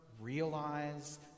realize